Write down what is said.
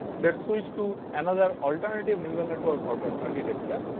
let us switch to another alternative neural network architecture,